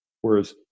Whereas